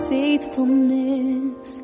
faithfulness